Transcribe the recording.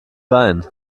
wein